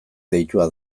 deitua